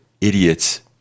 idiots